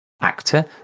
actor